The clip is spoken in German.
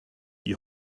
die